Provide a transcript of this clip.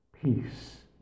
Peace